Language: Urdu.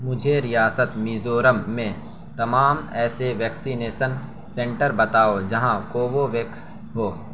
مجھے ریاست میزورم میں تمام ایسے ویکسینیشن سنٹر بتاؤ جہاں کووویکس ہو